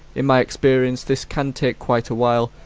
in my experience, this can take quite a while,